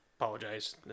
apologize